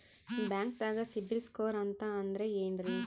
ಬ್ಯಾಂಕ್ದಾಗ ಸಿಬಿಲ್ ಸ್ಕೋರ್ ಅಂತ ಅಂದ್ರೆ ಏನ್ರೀ?